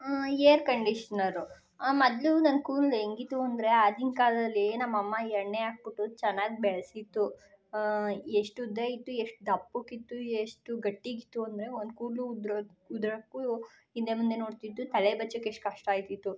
air conditioner ಮೊದಲು ನನ್ನ ಕೂದಲು ಹೇಗಿತ್ತು ಅಂದರೆ ಆಗಿನ ಕಾಲದಲ್ಲಿ ನಮ್ಮಮ್ಮ ಎಣ್ಣೆ ಹಾಕ್ಬಿಟ್ಟು ಚೆನ್ನಾಗಿ ಬೆಳೆಸಿತ್ತು ಎಷ್ಟು ಉದ್ದ ಇತ್ತು ಎಷ್ಟು ದಪ್ಪಕ್ಕಿತ್ತು ಎಷ್ಟು ಗಟ್ಟಿಗಿತ್ತು ಅಂದರೆ ಒಂದು ಕೂದಲು ಉದುರೋ ಉದುರೋಕೂ ಹಿಂದೆ ಮುಂದೆ ನೋಡ್ತಿತ್ತು ತಲೆ ಬಾಚೋಕ್ಕೆ ಎಷ್ಟು ಕಷ್ಟ ಆಗ್ತಿತ್ತು